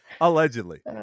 Allegedly